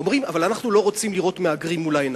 אומרים: אבל אנחנו לא רוצים לראות מהגרים מול העיניים.